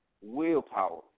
willpower